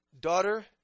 Daughter